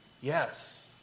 Yes